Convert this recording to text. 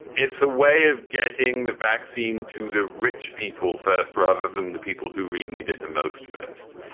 it's a way of getting the vaccine to the rich people first rather than the people who really need it the most first.